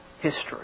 history